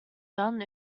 done